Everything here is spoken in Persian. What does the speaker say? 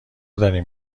دارین